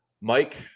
Mike